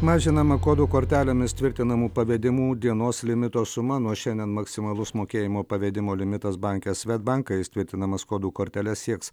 mažinama kodų kortelėmis tvirtinamų pavedimų dienos limito suma nuo šiandien maksimalus mokėjimo pavedimo limitas banke svedbank kai jis tvirtinamas kodų kortele sieks